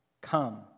Come